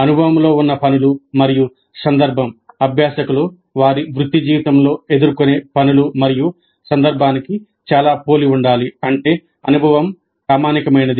అనుభవంలో ఉన్న పనులు మరియు సందర్భం అభ్యాసకులు వారి వృత్తి జీవితంలో ఎదుర్కొనే పనులు మరియు సందర్భానికి చాలా పోలి ఉండాలి అంటే అనుభవం ప్రామాణికమైనది